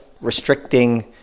restricting